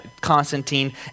Constantine